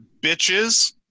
bitches